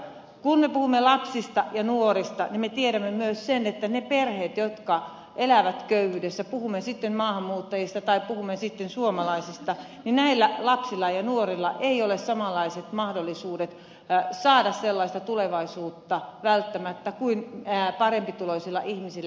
kun me puhumme lapsista ja nuorista me tiedämme myös sen että niiden perheiden jotka elävät köyhyydessä puhumme sitten maahanmuuttajista tai puhumme sitten suomalaista lapsilla ja nuorilla ei ole välttämättä samanlaiset mahdollisuudet saada sellaista tulevaisuutta kuin parempituloisilla ihmisillä